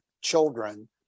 children